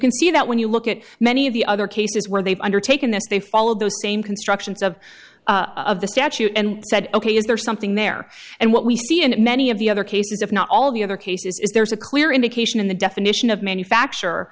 can see that when you look at many of the other cases where they've undertaken this they followed those same constructions of of the statute and said ok is there something there and what we see in many of the other cases if not all the other cases is there's a clear indication in the definition of manufacture